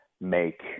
make